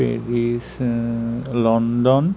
Paris London